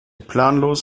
planlos